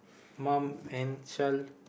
mum and child